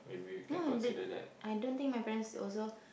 no I don't I don't think my parents still also